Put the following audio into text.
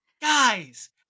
Guys